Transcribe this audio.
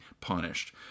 punished